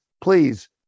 please